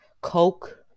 Coke